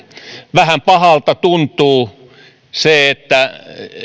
vähän pahalta tuntuu se että